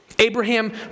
Abraham